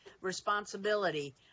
responsibility